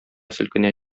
селкенә